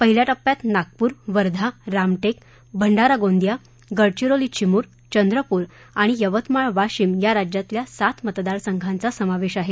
पहिल्या टप्प्यात नागपूर वर्धा रामटेक भंडारा गोंदिया गडचिरोली चिमूर चंद्रपूर आणि यवतमाळ वाशिम या राज्यातल्या सात मतदार संघांचा समावेश आहे